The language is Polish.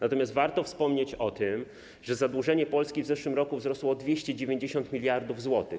Natomiast warto wspomnieć o tym, że zadłużenie Polski w zeszłym roku wzrosło o 290 mld zł.